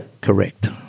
correct